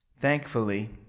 Thankfully